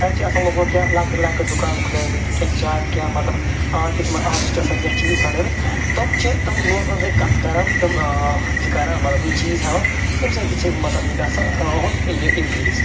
تَتہِ چھِ آسان لوکلو کیٚنٛہہ لۄکٕٹۍ لۄکٕٹۍ دُکان کھلٲیمٕتۍ کیٚنٛہہ چاے کیٚنہہ مطلب آرٹہٕ مطلب آرٹِشٹہٕ آسان کیٚنٛہہ چیٖز بنٲیمتۍ تِم چھِ تِم لوکٕلَن سۭتۍ کَتھ کران تِم ٲں یہِ کران مطلب یِم چیٖز ہیٚوان تَمہِ سۭتۍ تہِ چھِ مطلب یہِ گژھان یِہُنٛد یہِ اِنکریٖز